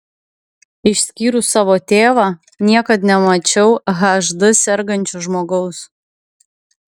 išskyrus savo tėvą niekad nemačiau hd sergančio žmogaus